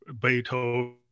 beethoven